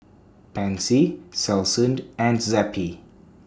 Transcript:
Pansy Selsun and Zappy